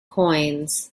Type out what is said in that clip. coins